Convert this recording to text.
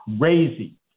crazy